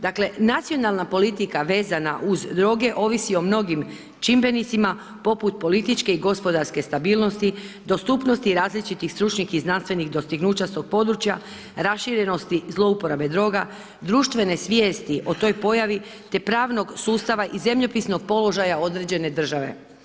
Dakle, nacionalna politika vezana uz droge ovisi o mnogim čimbenicima, poput političke i gospodarske stabilnosti, dostupnosti različitih stručnih i znanstvenih dostignuća s tog područja, raširenosti, zlouporabe droga, društvene svijesti o toj pojavi, te pravnog sustava i zemljopisnog položaja određene države.